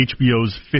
HBO's